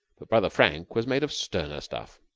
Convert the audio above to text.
but brother frank was made of sterner stuff.